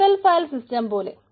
local file system പോലെ